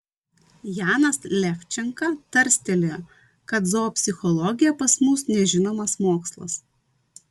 janas levčenka tarstelėjo kad zoopsichologija pas mus nežinomas mokslas